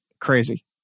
Crazy